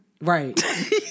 Right